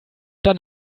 dann